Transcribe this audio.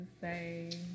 say